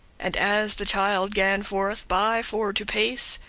and, as the child gan forth by for to pace,